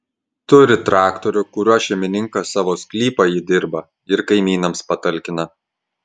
turi traktorių kuriuo šeimininkas savo sklypą įdirba ir kaimynams patalkina